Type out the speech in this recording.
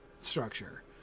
structure